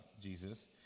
Jesus